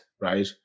right